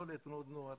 לא לתנועות נוער,